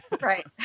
Right